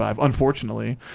unfortunately